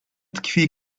tkwi